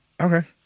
Okay